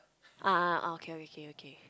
ah ah okay okay okay